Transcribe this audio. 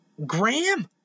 Graham